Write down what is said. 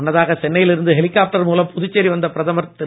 முன்னதாக சென்னையில் இருந்து ஹெலிகாப்டர் மூலம் புதுச்சேரி வந்த பிரதமர் திரு